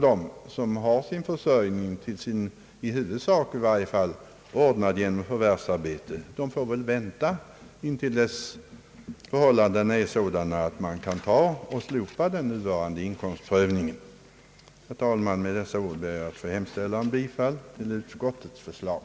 De som har sin försörjning — i varje fall huvudsakligen — ordnad genom förvärvsarbete får väl vänta tills förhållandena är sådana att man kan slopa den nuvarande inkomstprövningen. Herr talman! Med dessa ord ber jag att få yrka bifall till utskottets förslag.